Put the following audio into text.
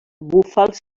búfals